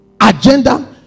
agenda